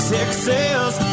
Texas